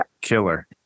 killer